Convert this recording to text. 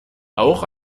auch